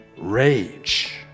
rage